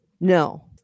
No